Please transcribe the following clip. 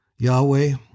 Yahweh